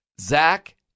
Zach